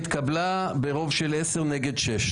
ההצעה התקבלה ברוב של עשרה נגד שישה.